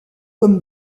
comme